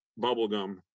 bubblegum